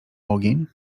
ogień